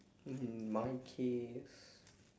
um my case